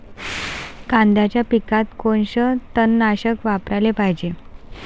कांद्याच्या पिकात कोनचं तननाशक वापराले पायजे?